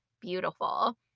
beautiful